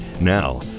Now